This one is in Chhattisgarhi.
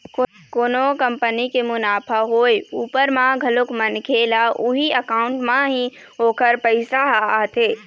कोनो कंपनी के मुनाफा होय उपर म घलोक मनखे ल उही अकाउंट म ही ओखर पइसा ह आथे